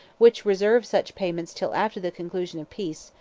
which reserve such payments till after the conclusion of peace,